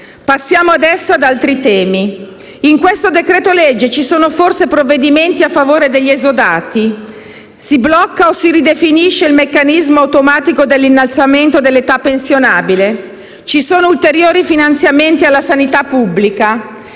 Passiamo adesso ad altri temi. In questo decreto-legge ci sono forse provvedimenti a favore degli esodati? Si blocca o si ridefinisce il meccanismo automatico dell'innalzamento dell'età pensionabile? Ci sono ulteriori finanziamenti alla sanità pubblica?